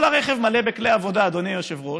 כל הרכב מלא בכלי עבודה, אדוני היושב-ראש,